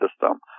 system